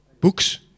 books